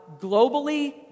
globally